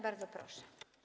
Bardzo proszę.